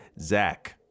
Zach